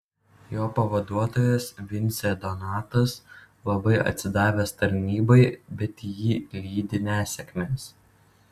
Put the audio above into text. jo pavaduotojas vincė donatas labai atsidavęs tarnybai bet jį lydi nesėkmės